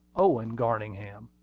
owen garningham.